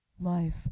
Life